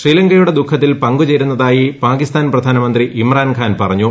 ശ്രീലങ്കയുടെ ദുഖത്തിൽ പങ്കുചേരുന്നതായി പാകിസ്ഥാൻ പ്രധാനമന്ത്രി ഇമ്രാൻ ഖാൻ പറഞ്ഞു